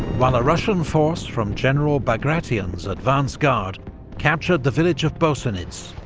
while a russian force from general bagration's advance guard captured the village of bosenitz,